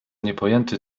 niepojęty